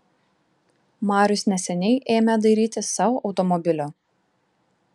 marius neseniai ėmė dairytis sau automobilio